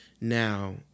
Now